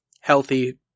Healthy